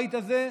לבית הזה,